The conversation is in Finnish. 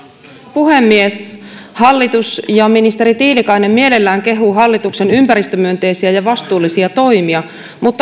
puhemies hallitus ja ministeri tiilikainen mielellään kehuvat hallituksen ympäristömyönteisiä ja vastuullisia toimia mutta